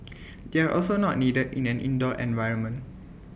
they are also not needed in an indoor environment